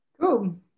Cool